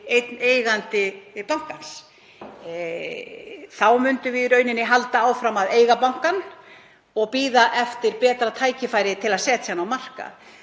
eigandi bankans. Þá myndum við í rauninni halda áfram að eiga bankann og bíða eftir betra tækifæri til að setja hann á markað.